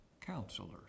counselors